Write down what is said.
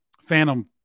phantom